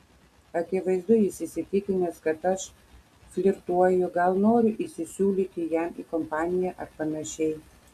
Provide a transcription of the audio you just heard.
akivaizdu jis įsitikinęs kad aš flirtuoju gal noriu įsisiūlyti jam į kompaniją ar panašiai